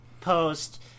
post